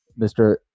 Mr